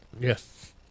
Yes